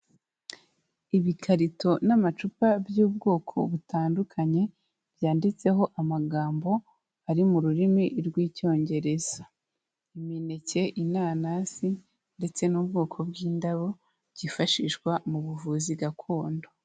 Ibikarito n'amacupa by'ubwoko butandukanye byanditseho amagambo ari mu rurimi rw'Icyongereza, imineke, inanasi ndetse n'ubwoko bw'indabo byifashishwa mu buvuzi gakondo.